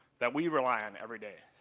that we rely on everyday.